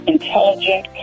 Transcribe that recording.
intelligent